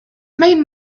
main